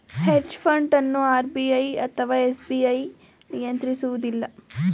hedge fund ಅನ್ನು RBI ಅಥವಾ SEBI ನಿಯಂತ್ರಿಸುವುದಿಲ್ಲ